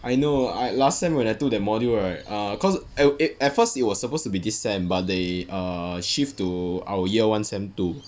I know I last sem when I took that module right err cause it at first it was supposed to be this sem but they err shift to our year one sem two